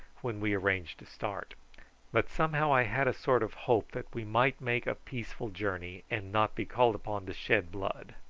when we arranged to start but somehow i had a sort of hope that we might make a peaceful journey, and not be called upon to shed blood.